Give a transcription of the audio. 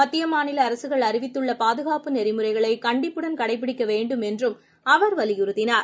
மத்தியமாநிலஅரசுகள் அறிவித்துள்ளபாதுகாப்பு நெறிமுறைகளைகண்டிப்புடன் கடைபிடிக்கவேண்டும் என்றும் அவர் வலியுறுத்தினார்